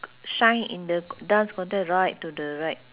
shine in the dance conte~ right to the right